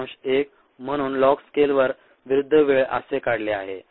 1 म्हणून लॉग स्केलवर विरुद्ध वेळ असे काढले आहे